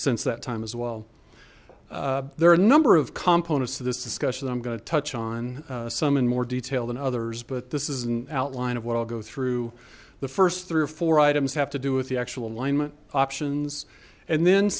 since that time as well there are a number of components to this discussion that i'm going to touch on some in more detail than others but this is an outline of what i'll go through the first three or four items have to do with the actual alignment options and then